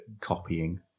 copying